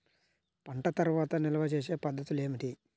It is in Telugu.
పంట తర్వాత నిల్వ చేసే పద్ధతులు ఏమిటి?